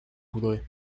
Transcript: voudrez